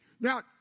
Now